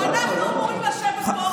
אנחנו אמורים לשבת פה